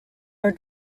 are